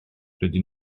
rydyn